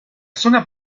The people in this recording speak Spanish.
zona